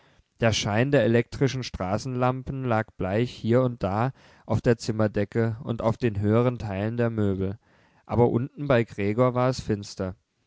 der schein der elektrischen straßenlampen lag bleich hier und da auf der zimmerdecke und auf den höheren teilen der möbel aber unten bei gregor war es finster